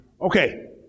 Okay